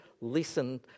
listen